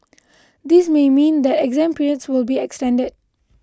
this may mean that exam periods will be extended